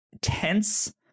tense